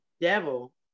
devil